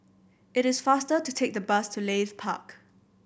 it is faster to take the bus to Leith Park